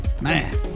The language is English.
Man